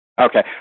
Okay